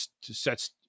sets